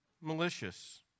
malicious